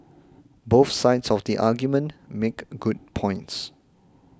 both sides of the argument make good points